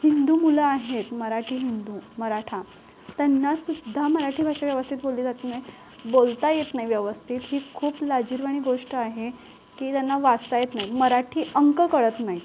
हिंदू मुलं आहेत मराठी हिंदू मराठा त्यांनासुद्धा मराठी भाषा व्यवस्थित बोलली जात नाही बोलता येत नाही व्यवस्थित ही खूप लाजिरवाणी गोष्ट आहे की त्यांना वाचता येत नाही मराठी अंक कळत नाही